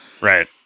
Right